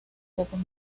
pocos